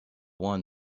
won